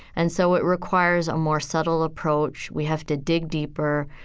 and so it requires a more subtle approach. we have to dig deeper.